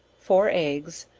four eggs,